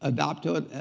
adopt to it,